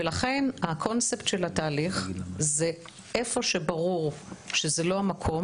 ולכן הקונספט של התהליך זה איפה שברור שזה לא המקום,